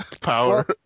power